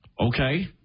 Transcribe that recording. Okay